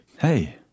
Hey